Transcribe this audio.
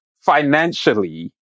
financially